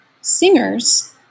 singers